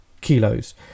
kilos